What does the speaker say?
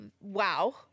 Wow